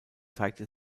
zeigte